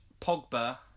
Pogba